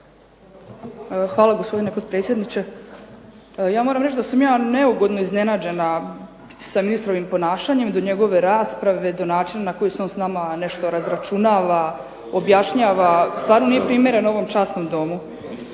Hvala gospodine potpredsjedniče. Ja moram reći da sam ja neugodno iznenađena sa ministrovim ponašanjem, do njegove rasprave, do načina na koji se on s nama nešto razračunava, objašnjava, stvarno nije primjereno ovom časnom Domu.